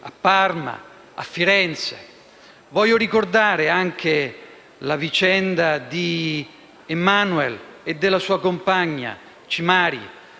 a Parma, a Firenze. Voglio ricordare la vicenda di Emmanuel e della sua compagna, Chinyery,